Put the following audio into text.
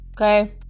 okay